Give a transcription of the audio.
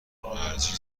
ارزش